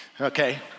okay